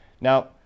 now